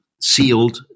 sealed